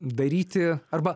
daryti arba